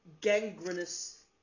gangrenous